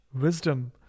wisdom